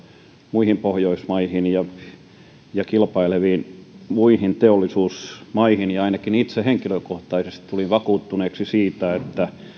muihin pohjoismaihin ja muihin kilpaileviin teollisuusmaihin ainakin itse henkilökohtaisesti tulin vakuuttuneeksi siitä että